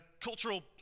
cultural